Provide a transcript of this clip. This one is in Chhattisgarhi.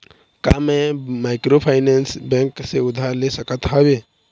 का मैं माइक्रोफाइनेंस बैंक से उधार ले सकत हावे?